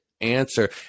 answer